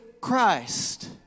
Christ